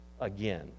again